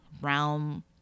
realm